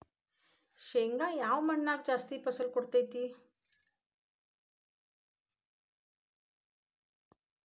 ಶೇಂಗಾ ಯಾವ ಮಣ್ಣಾಗ ಜಾಸ್ತಿ ಫಸಲು ಕೊಡುತೈತಿ?